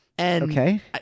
Okay